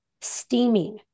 steaming